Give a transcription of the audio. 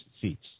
seats